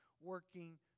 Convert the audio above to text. working